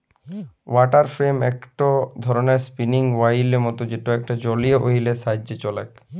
water frame একটো ধরণের spinning ওহীলের মত যেটা একটা জলীয় ওহীল এর সাহায্যে চলেক